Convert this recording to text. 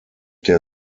der